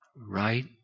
Right